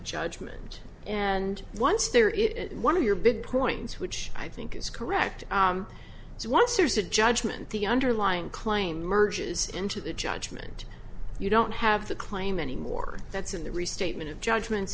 judgment and once there it is one of your big points which i think is correct so once there's a judgement the underlying claim merges into the judgement you don't have the claim anymore that's in the restatement of judgments